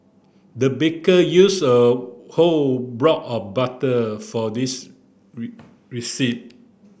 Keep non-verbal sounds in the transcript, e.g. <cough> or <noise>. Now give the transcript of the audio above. the baker used a whole block of butter for this <unintelligible> recipe